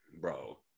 bro